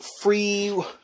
free